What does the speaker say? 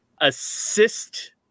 assist